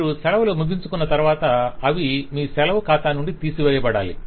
మీరు సెలవులు ముగించుకొన్న తరవాత అవి మీ సెలవు ఖాతా నుండి తీసివేయబడాలి